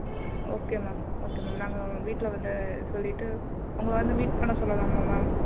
okay ma'am okay ma'am நாங்கள் வீட்டில் வந்து சொல்லிட்டு உங்களை வந்து மீட் பண்ண சொல்லலாமா மேம்